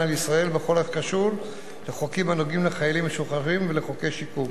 לישראל בכל הקשור לחוקים הנוגעים לחיילים משוחררים ולחוקי השיקום.